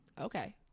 Okay